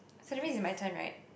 so that means it's my turn right